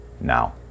now